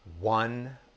one